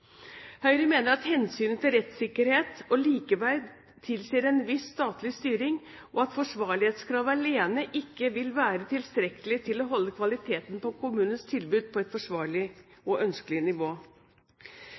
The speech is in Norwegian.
Høyre mener at hensynet til rettssikkerhet og likeverd tilsier en viss statlig styring, og at forsvarlighetskravet alene ikke vil være tilstrekkelig til å holde kvaliteten på kommunenes tilbud på et forsvarlig